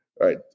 right